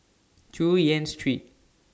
Chu Yen Street